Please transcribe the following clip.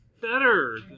better